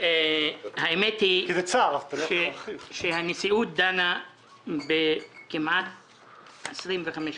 האמת היא שנשיאות הכנסת דנה בכמעט 25 בקשות,